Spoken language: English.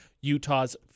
Utah's